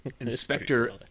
Inspector